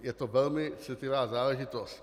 Je to velmi citlivá záležitost.